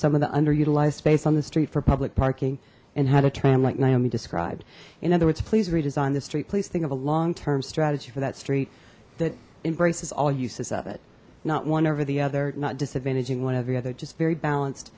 some of the underutilized space on the street for public parking and had a tram like naomi described in other words please redesign this street please think of a long term strategy for that street that embraces all uses of it not one over the other not disadvantaging one of the other just very balanced